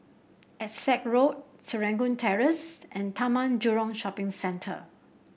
Essex Road Serangoon Terrace and Taman Jurong Shopping Centre